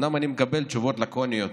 אומנם אני מקבל תשובות לקוניות